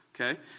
Okay